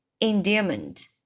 endearment